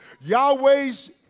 Yahweh's